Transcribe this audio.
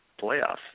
playoffs